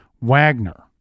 Wagner